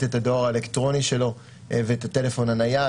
את הדואר האלקטרוני שלו ואת הטלפון הנייד.